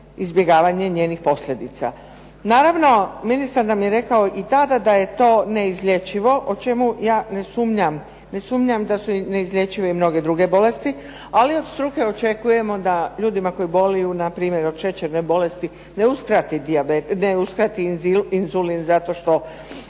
izbjegavanje njenih posljedica. Naravno, ministar nam je rekao i tada da je to neizlječivo, o čemu ja ne sumnjam, ne sumnjam da su neizlječive i mnoge druge bolesti, ali od struke očekujemo da ljudima koji boluju npr. od šećerne bolesti ne uskrati inzulin zato što